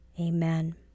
Amen